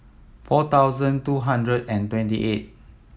four thousand two hundred and twenty eight